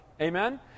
Amen